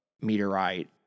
meteorite